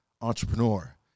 entrepreneur